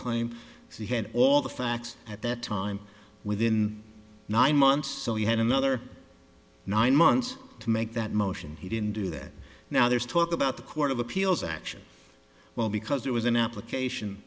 that he had all the facts at that time within nine months so he had another nine months to make that motion he didn't do that now there's talk about the court of appeals action well because there was an application